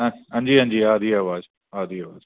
हां जी आ दी अवाज़ आ दी